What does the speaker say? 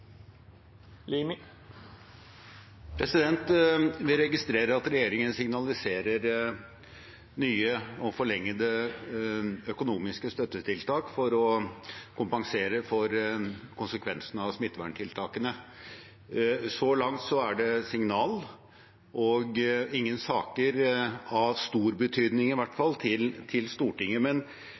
Vi registrerer at regjeringen signaliserer nye og forlengede økonomiske støttetiltak for å kompensere for konsekvensene av smitteverntiltakene. Så langt er det signal og ingen saker av stor betydning